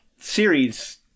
series